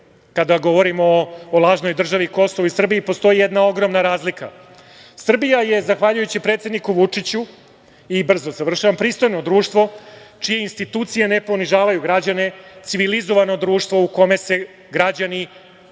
kada govorimo o lažnoj državi Kosovo i Srbiji, postoji jedna ogromna razlika. Srbija je zahvaljujući predsedniku Vučiću, brzo završavam, pristojno društvo, čije institucije ne ponižavaju građane, civilizovano društvo u kome se građani,